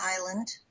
island